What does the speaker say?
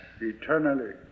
eternally